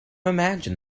imagine